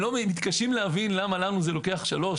הם מתקשים להבין למה לנו זה לוקח שלוש,